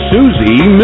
Susie